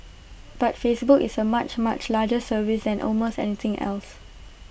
but Facebook is A much much larger service than almost anything else